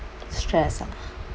stress ah